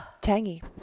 tangy